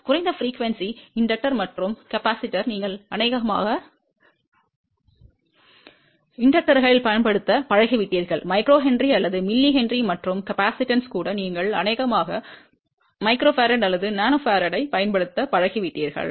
குறைந்த அதிர்வெண்களில் தூண்டல் மற்றும் மின்தேக்கியின் நீங்கள் அநேகமாக a இன் தூண்டிகளைப் பயன்படுத்தப் பழகிவிட்டீர்கள் μH அல்லது mH மற்றும் கொள்ளளவு கூட நீங்கள் அநேகமாக μF அல்லது nF ஐப் பயன்படுத்தப் பழகிவிட்டீர்கள்